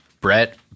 Brett